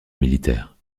militaire